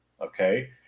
okay